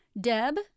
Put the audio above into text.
Deb